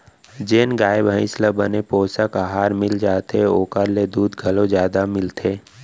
जेन गाय भईंस ल बने पोषन अहार मिल जाथे ओकर ले दूद घलौ जादा मिलथे